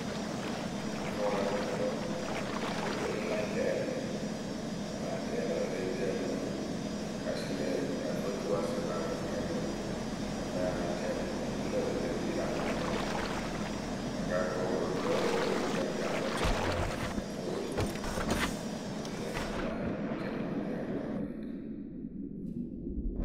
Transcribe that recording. Fʊʊwǝ la kɨtakǝ wǝǝ wɨ lóo toŋ lǝ la ŋ cɛɛlɩ. Vǝ́ a lah cɛɛlɩ wǝǝ, e lee kpii a mǝ kǝ ǝ fɨ tuwǝ ǝ sɨŋ lä wɛ rɨ kɨŋwɛɛkǝ gaamɛ a ya láa cɛɛlɩ wǝǝ guŋkuŋrǝ lɨŋ tɨ vii lä aŋwɛɛŋuŋyǝ Akaakǝ o wɨ ponu mɨ lǝ̈ o lóo koru ekpii agaŋpǝ fɨ a taa fʊʊwǝ we oturu ŋlë a ya láa cɛ mɨ ariɛyǝ rɨ lä wɛlɛŋrǝ.